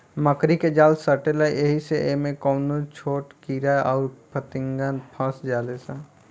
मकड़ी के जाल सटेला ऐही से इमे कवनो भी छोट कीड़ा अउर फतीनगा फस जाले सा